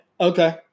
Okay